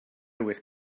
with